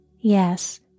Yes